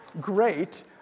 great